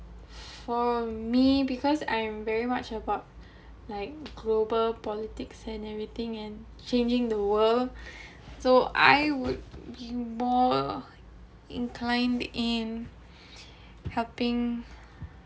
for me because I am very much about like global politics and everything and changing the world so I would be more inclined in helping